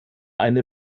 eine